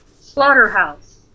slaughterhouse